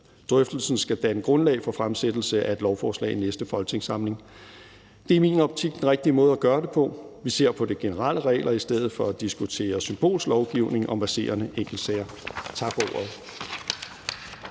Drøftelsen skal danne grundlag for fremsættelse af et lovforslag i næste folketingssamling. Det er i min optik den rigtige måde at gøre det på. Vi ser på de generelle regler i stedet for at diskutere symbolsk lovgivning om verserende enkeltsager. Tak for ordet.